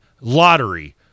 lottery